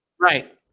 right